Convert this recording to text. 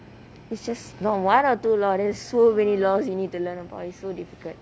it's just not one or two laws there's so many laws you need to learn about it's so difficult